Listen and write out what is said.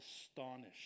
astonished